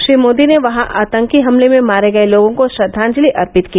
श्री मोदी ने वहां आतंकी हमले में मारे गये लोगों को श्रद्धांजलि अर्पित की